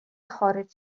خارج